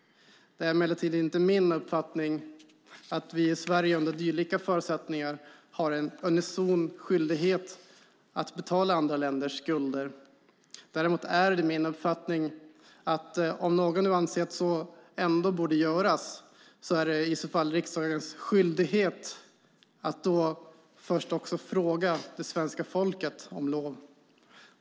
Det är emellertid inte min uppfattning att vi i Sverige under dylika förutsättningar har en unison skyldighet att betala andra länders skulder. Däremot är det min uppfattning att det om någon ändå anser att så borde göras i så fall är riksdagens skyldighet att först fråga det svenska folket om lov.